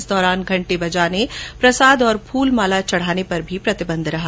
इस दौरान घंटे बजाने प्रसाद और फूल माला चढाने पर भी प्रतिबंध रहा